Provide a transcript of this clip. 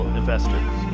investors